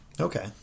okay